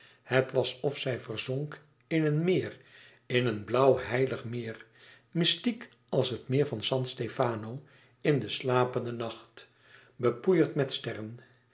het was of zij verzonk in een meer in een blauw heilig meer mystiek als het meer van san stefano in den slapenden nacht bepoeierd met sterren